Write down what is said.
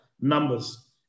numbers